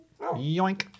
Yoink